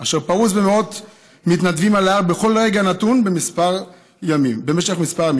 אשר פרוס במאות מתנדבים על ההר בכל רגע נתון במשך ימים מספר.